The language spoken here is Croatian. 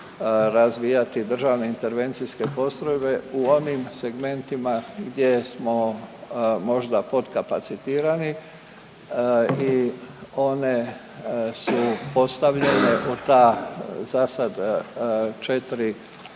razvijati državne intervencijske postrojbe u onim segmentima gdje smo možda potkapacitirani i one su postavljena u ta zasad 4